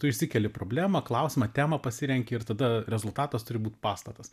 tu išsikeli problemą klausimą temą pasirenki ir tada rezultatas turi būti pastatas